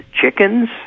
Chickens